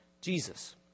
Jesus